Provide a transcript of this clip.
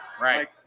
right